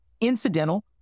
incidental